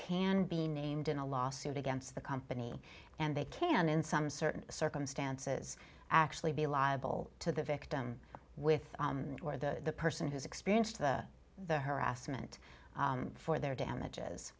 can be named in a lawsuit against the company and they can in some certain circumstances actually be liable to the victim with or the person who's experienced the the harassment for their damages